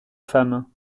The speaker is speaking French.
femme